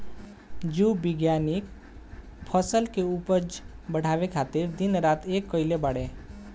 जीव विज्ञानिक फसल के उपज बढ़ावे खातिर दिन रात एक कईले बाड़े